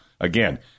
Again